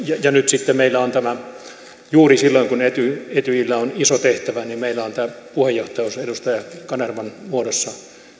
ja nyt sitten meillä on tämä juuri silloin kun etyjillä etyjillä on iso tehtävä puheenjohtajuus edustaja kanervan muodossa